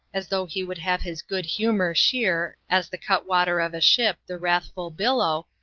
as though he would have his good-humour shear, as the cutwater of a ship the wrathful billow,